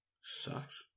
Sucks